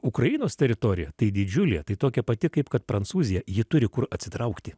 ukrainos teritorija tai didžiulė tai tokia pati kaip kad prancūzija ji turi kur atsitraukti